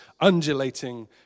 undulating